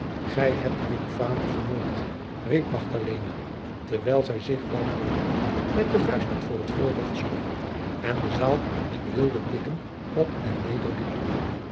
gij hebt uwen vader vermoord riep magdalena terwijl zij zich wanhopend met de vuisten voor t voorhoofd sloeg en de zaal met wilde blikken op en neder liep